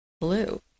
blue